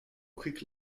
quick